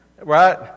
Right